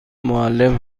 معلم